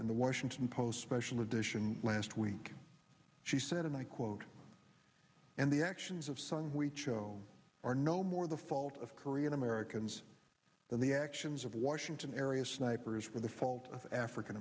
in the washington post special edition last week she said and i quote and the actions of song we cho are no more the fault of korean americans than the actions of washington area sniper as for the fault of african